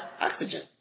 oxygen